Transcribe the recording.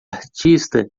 artista